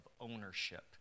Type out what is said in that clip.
ownership